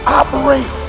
operate